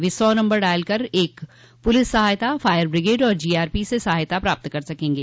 वे सौ number dial कर एक पुलिस सहायता फायर ब्रिगेड तथा जीआरपी से सहायता प्राप्त कर सकेंगे